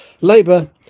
Labour